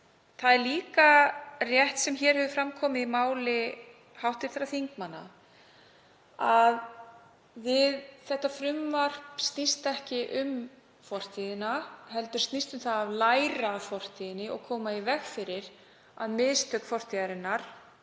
Það er líka rétt sem hér hefur fram komið í máli hv. þingmanna, að þetta frumvarp snýst ekki um fortíðina heldur snýst það um að læra af fortíðinni og koma í veg fyrir að mistök fortíðarinnar,